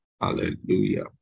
Hallelujah